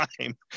time